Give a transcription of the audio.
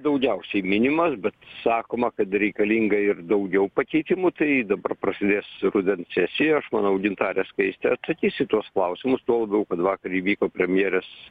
daugiausiai minimas bet sakoma kad reikalinga ir daugiau pakeitimų tai dabar prasidės rudens sesija aš manau gintarė skaistė atsakys į tuos klausimus tuo labiau kad vakar įvyko premjerės